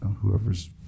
whoever's